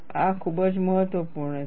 આ ખૂબ જ મહત્વપૂર્ણ છે